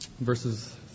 verses